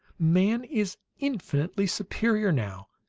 man is infinitely superior, now,